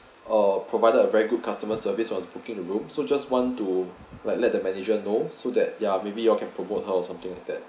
uh provided a very good customer service was booking the room so just want to like let the manager know so that ya maybe you all can promote her or something like that